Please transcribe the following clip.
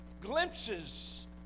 glimpses